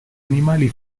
animali